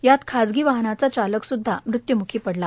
यात खाजगी वाहनाचा चालक सुद्धा मृत्यूमुखी पडला